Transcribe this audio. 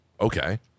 Okay